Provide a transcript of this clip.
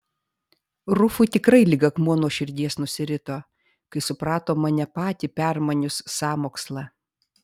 rufui tikrai lyg akmuo nuo širdies nusirito kai suprato mane patį permanius sąmokslą